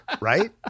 right